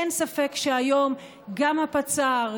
אין ספק שהיום גם הפצ"ר,